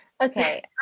Okay